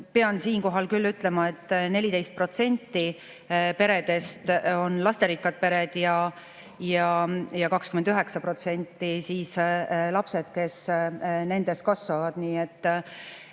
pean siinkohal küll ütlema, et 14% peredest on lasterikkad pered ja 29% on lapsi, kes nendes kasvavad.